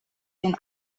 den